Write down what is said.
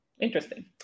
Interesting